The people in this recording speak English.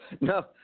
No